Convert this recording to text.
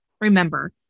Remember